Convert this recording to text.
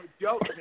joke